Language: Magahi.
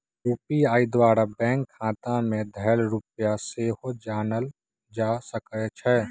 यू.पी.आई द्वारा बैंक खता में धएल रुपइया सेहो जानल जा सकइ छै